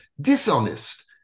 dishonest